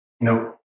Nope